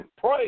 pray